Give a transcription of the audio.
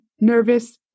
Nervous